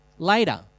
later